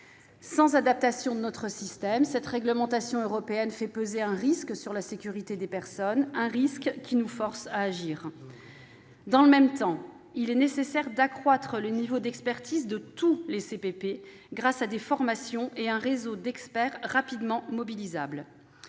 Sans adaptation de notre système, cette réglementation européenne fait peser un risque sur la sécurité des personnes, un risque qui nous force à agir. Dans le même temps, il est nécessaire d'accroître le niveau d'expertise de tous les CPP grâce à des formations et à un réseau d'experts rapidement mobilisables.